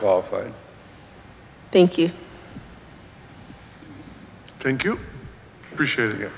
qualified thank you thank you appreciate